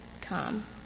come